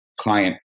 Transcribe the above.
client